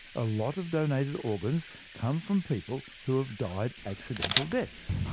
a lot of donated organs come from people who have died accidental deaths.